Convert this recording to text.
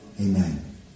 Amen